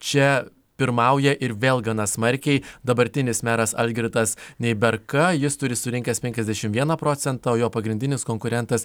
čia pirmauja ir vėl gana smarkiai dabartinis meras algirdas neiberka jis turi surinkęs penkiasdešimt vieną procentą o jo pagrindinis konkurentas